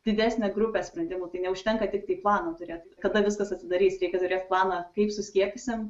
didesnę grupę sprendimų tai neužtenka tiktai planą turėt kada viskas atsidarys reikia turėt planą kaip suskiepysim